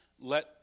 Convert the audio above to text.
let